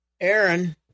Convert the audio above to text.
Aaron